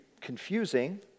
confusing